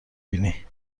بینی